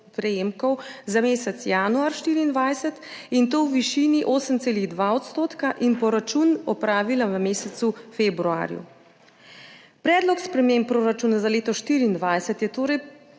prejemkov za mesec januar 2024, in to v višini 8,2 %, in poračun opravila v mesecu februarju. Predlog sprememb proračuna za leto 2024 je torej